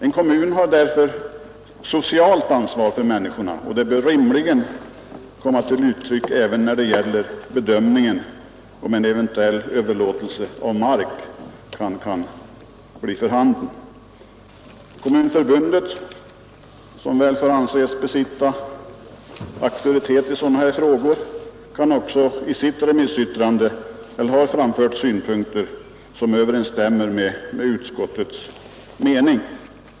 En kommun har alltså socialt ansvar för människorna, och det bör rimligen komma till uttryck även när det gäller bedömningen rörande en eventuell överlåtelse av mark. Kommunförbundet, som väl får anses besitta auktoritet i sådana här frågor, har också i sitt remissvar framfört synpunkter som överensstämmer med utskottets mening.